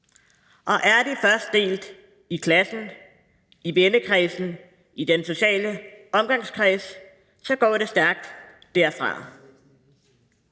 og er det først delt i klassen, i vennekredsen, i den sociale omgangskreds, så går det stærkt derfra.